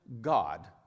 God